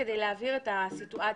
כדי להבהיר את הסיטואציה.